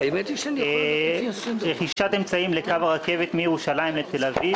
אני רוצה להתחיל בהעברות של המשרד לביטחון פנים.